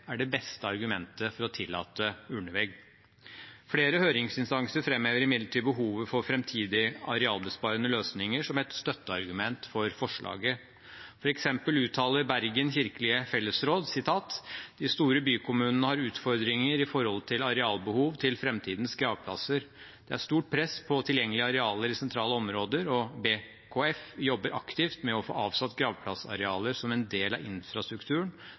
er det beste argumentet for å tillate urnevegg. Flere høringsinstanser framhever imidlertid behovet for framtidige arealbesparende løsninger som et støtteargument for forslaget. For eksempel uttaler Bergen kirkelige fellesråd: «De store bykommunene har utfordringer i forhold til arealbehov til fremtidens gravplasser. Det er stort press på tilgjengelige arealer i sentrale områder, og BKF jobber aktivt med å få avsatt gravplassarealer som del av infrastrukturen